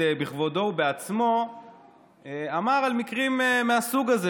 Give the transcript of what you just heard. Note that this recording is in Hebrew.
בכבודו ובעצמו אמר על מקרים מהסוג הזה,